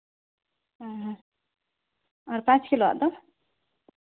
ᱦᱮᱸ ᱟᱨ ᱯᱟᱸᱪ ᱠᱤᱞᱳᱣᱟᱜ ᱫᱚ